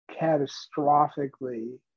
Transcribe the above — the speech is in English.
catastrophically